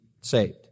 saved